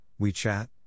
WeChat